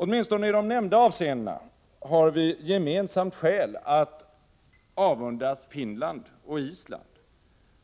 Åtminstone i de nämnda avseendena har vi gemensamt skäl att avundas Finland och Island,